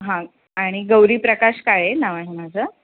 हां आणि गौरी प्रकाश काळे नाव आहे माझं